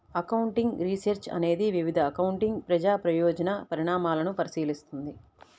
accounting research అనేది వివిధ accounting ప్రజా ప్రయోజన పరిణామాలను పరిశీలిస్తుంది